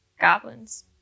goblins